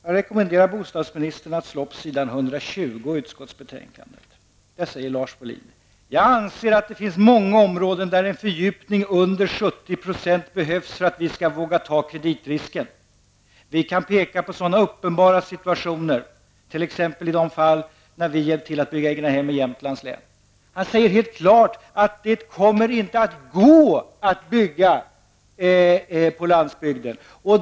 Jag rekommenderar bostadsministern att slå upp s.120 i utskottsbetänkandet. Där säger Lars Wohlin: ''Jag anser att det finns många områden där en fördjupning under 70 % behövs för att vi skall våga ta kreditrisken. Vi kan peka på sådana uppenbara situationer, t.ex. i de fall när vi hjälpt till att bygga egna-hem i Jämtlands län.'' Lars Wohlin säger helt klart att det inte kommer att gå att bygga på landsbygden.